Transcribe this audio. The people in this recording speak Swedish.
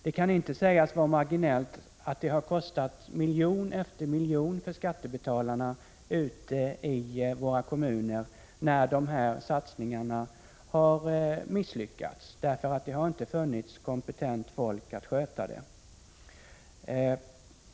Det kan inte sägas vara marginellt att det har kostat miljon efter miljon för skattebetalarna ute i våra kommuner när de här satsningarna har misslyckats, därför att det inte har funnits kompetent folk att sköta detta.